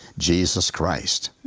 jesus christ.